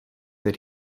that